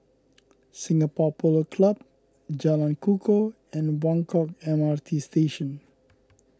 Singapore Polo Club Jalan Kukoh and Buangkok M R T Station